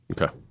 Okay